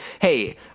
hey